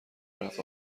رفت